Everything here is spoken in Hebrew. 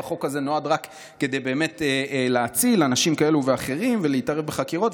החוק הזה נועד רק כדי להציל אנשים כאלה ואחרים ולהתערב בחקירות,